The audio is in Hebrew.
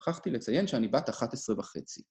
שכחתי לציין שאני בת 11 וחצי